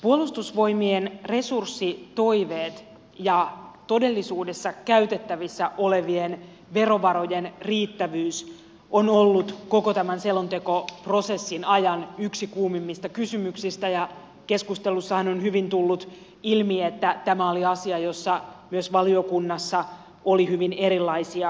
puolustusvoimien resurssitoiveet ja todellisuudessa käytettävissä olevien verovarojen riittävyys on ollut koko tämän selontekoprosessin ajan yksi kuumimmista kysymyksistä ja keskustelussahan on hyvin tullut ilmi että tämä oli asia jossa myös valiokunnassa oli hyvin erilaisia arvioita